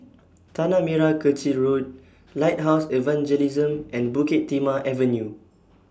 Tanah Merah Kechil Road Lighthouse Evangelism and Bukit Timah Avenue